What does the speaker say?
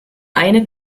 eine